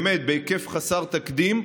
בהיקף חסר תקדים,